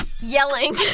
yelling